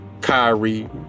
Kyrie